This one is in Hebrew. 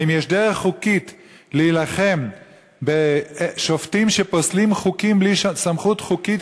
האם יש דרך חוקית להילחם בשופטים שפוסלים חוקים בלי סמכות חוקית,